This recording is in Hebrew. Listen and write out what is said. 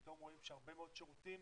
פתאום רואים שהרבה מאוד שירותים